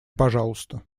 пожалуйста